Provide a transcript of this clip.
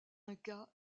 inca